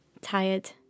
tired